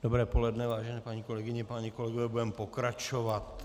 Dobré poledne, vážené paní kolegyně, páni kolegové, budeme pokračovat.